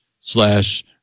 slash